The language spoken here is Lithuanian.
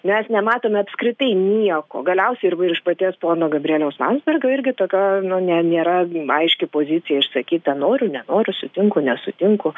mes nematome apskritai nieko galiausiai ir iš paties pono gabrieliaus landsbergio irgi tokia nu ne nėra aiški pozicija išsakyta noriu nenoriu sutinku nesutinku